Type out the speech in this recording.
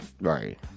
Right